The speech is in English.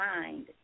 mind